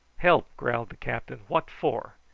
help! growled the captain what for?